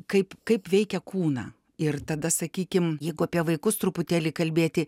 kaip kaip veikia kūną ir tada sakykim jeigu apie vaikus truputėlį kalbėti